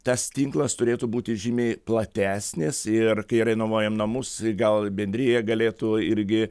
tas tinklas turėtų būti žymiai platesnis ir kai renovuojam namus gal bendrija galėtų irgi